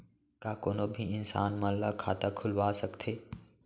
का कोनो भी इंसान मन ला खाता खुलवा सकथे?